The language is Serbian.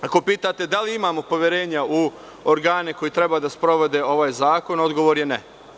Ako pitate – da li imamo poverenja u organe koji treba da sprovode ovaj zakon, odgovor je ne.